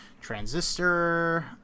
transistor